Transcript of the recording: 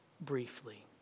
briefly